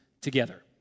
together